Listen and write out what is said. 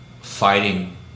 fighting